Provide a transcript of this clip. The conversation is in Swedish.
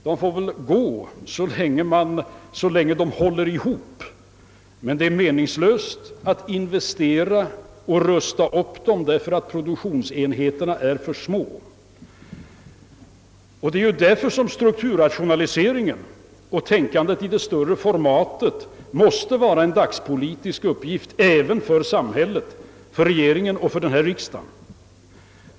De får väl gå så länge de håller ihop, men det är meningslöst att investera och rusta upp dem ty produktionsenheterna är för små. Det är därför som <strukturrationaliseringen och tänkandet i det större formatet måste vara en dagspolitisk uppgift även för samhället, för regeringen och för denna riksdag.